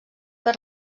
per